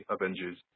Avengers